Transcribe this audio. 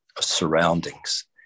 surroundings